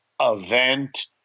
event